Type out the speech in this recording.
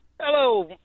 Hello